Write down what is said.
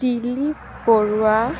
Dilip Barua